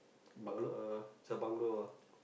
uh is a bungalow ah